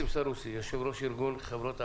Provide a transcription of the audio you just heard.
יושב ראש ארגון חברות ההסעה,